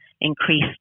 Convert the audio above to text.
increased